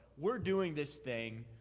we're doing this thing.